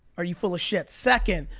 are you full of shit? second,